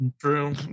True